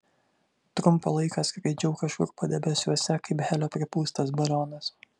trumpą laiką skraidžiau kažkur padebesiuose kaip helio pripūstas balionas